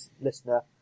listener